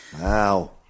Wow